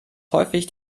häufig